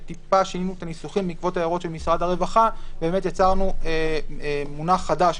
שינינו מעט את הניסוחים בעקבות הערות של משרד הרווחה ויצרנו מונח חדש,